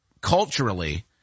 culturally